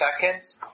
seconds